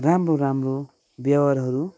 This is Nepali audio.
राम्रो राम्रो व्यवहारहरू